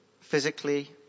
physically